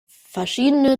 verschiedene